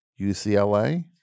UCLA